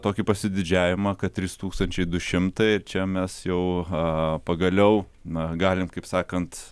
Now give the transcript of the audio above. tokį pasididžiavimą kad trys tūkstančiai du šimtai čia mes jau pagaliau na galim kaip sakant